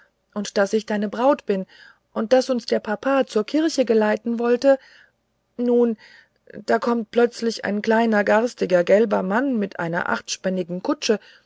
und daß ich deine braut bin und daß uns der papa zur kirche geleiten wollte nun da kommt plötzlich ein kleiner garstiger gelber mensch in einer achtspännigen kutsche